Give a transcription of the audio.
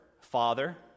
Father